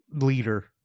leader